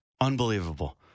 unbelievable